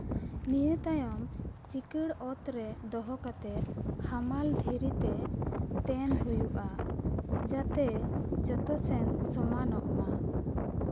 ᱱᱤᱭᱟᱹ ᱛᱟᱭᱚᱢ ᱪᱤᱠᱟᱹᱲ ᱚᱛᱨᱮ ᱫᱚᱦᱚ ᱠᱟᱛᱮᱫ ᱦᱟᱢᱟᱞ ᱫᱷᱤᱨᱤᱛᱮ ᱛᱮᱱ ᱦᱩᱭᱩᱜᱼᱟ ᱡᱟᱛᱮ ᱡᱚᱛᱚ ᱥᱮᱱ ᱥᱚᱢᱟᱱᱚᱜ ᱢᱟ